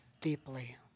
deeply